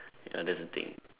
ya that's the thing